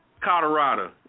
Colorado